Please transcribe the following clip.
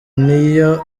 niyo